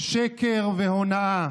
שקר והונאה.